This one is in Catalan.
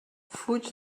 fuig